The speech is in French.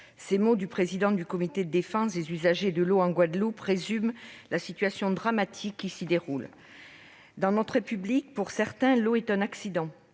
Ces mots du président du comité de défense des usagers de l'eau en Guadeloupe résument la situation dramatique qui se déroule dans ce territoire. Dans notre République, pour certains l'eau est un « accident